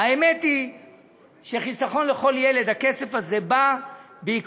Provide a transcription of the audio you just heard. האמת היא ש"חיסכון לכל ילד" הכסף הזה בא בעקבות